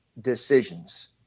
decisions